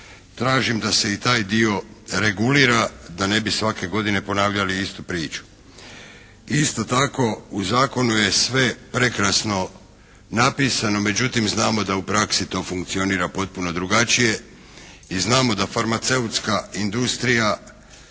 tražim da se i taj dio regulira da ne bi svake godine ponavljali istu priču. Isto tako u zakonu je sve prekrasno napisano, međutim znamo da u praksi to funkcionira potpuno drugačije i znamo da farmaceutska industrija